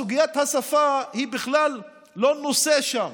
סוגיית השפה היא בכלל לא נושא שם,